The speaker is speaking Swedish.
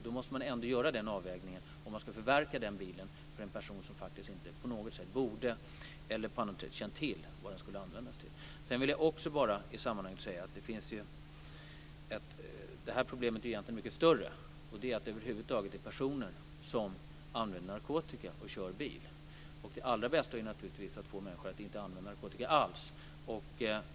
Då måste man göra en avvägning för att se om den bilen ska förverkas för en person som inte på något sett borde ha känt till vad den skulle användas till. Sedan är det här problemet egentligen mycket större. Det gäller över huvud taget att det finns personer som använder narkotika och samtidigt kör bil. Det allra bästa är naturligtvis att få människor att inte använda narkotika alls.